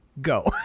go